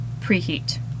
Preheat